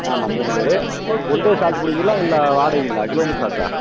ஆமாம் மூணு பேர் ஒன் டே சார்ஜ் போடுவீங்களா இல்லை வாடகைங்களா கிலோமீட்டர் சார்ஜா